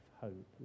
hope